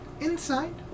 Inside